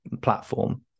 platform